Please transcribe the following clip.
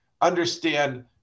understand